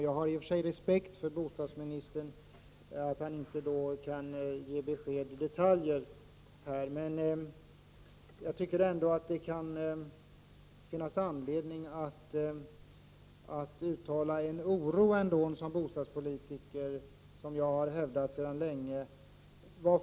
Jag har i och för sig respekt för att bostadsministern inte kan ge besked om detaljer här. Men jag tycker ändå att det kan finnas anledning att uttala oro. Det gör jag i egenskap av bostadspolitiker, och jag har ju hävdat detta under lång tid.